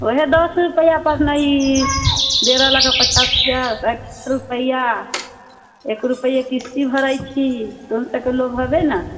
ओहे दश रुपआ पर ने ई डेरा लऽ कऽ पचास रुपआ साठि रुपआ एक रुपआ किस्त भरैत छी लोभ हबे ने